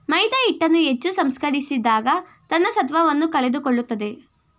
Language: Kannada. ಮೈದಾಹಿಟ್ಟನ್ನು ಹೆಚ್ಚು ಸಂಸ್ಕರಿಸಿದಾಗ ತನ್ನ ಸತ್ವವನ್ನು ಕಳೆದುಕೊಳ್ಳುತ್ತದೆ